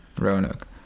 Roanoke